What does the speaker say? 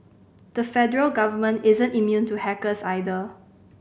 the federal government isn't immune to hackers either